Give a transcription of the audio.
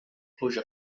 pluja